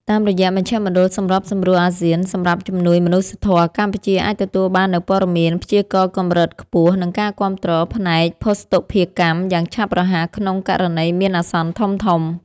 តាមរយៈមជ្ឈមណ្ឌលសម្របសម្រួលអាស៊ានសម្រាប់ជំនួយមនុស្សធម៌ កម្ពុជាអាចទទួលបាននូវព័ត៌មានព្យាករណ៍កម្រិតខ្ពស់ និងការគាំទ្រផ្នែកភស្តុភារកម្មយ៉ាងឆាប់រហ័សក្នុងករណីមានអាសន្នធំៗ។